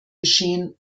geschehen